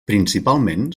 principalment